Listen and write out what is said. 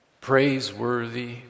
Praiseworthy